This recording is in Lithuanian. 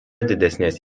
didesnės